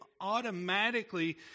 automatically